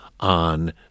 on